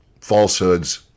falsehoods